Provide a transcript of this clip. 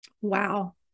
wow